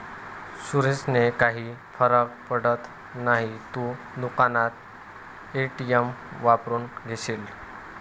सुरेशने काही फरक पडत नाही, तू दुकानात पे.टी.एम वापरून घेशील